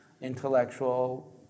intellectual